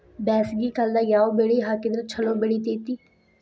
ಬ್ಯಾಸಗಿ ಕಾಲದಾಗ ಯಾವ ಬೆಳಿ ಹಾಕಿದ್ರ ಛಲೋ ಬೆಳಿತೇತಿ?